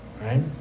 right